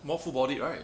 more full bodied right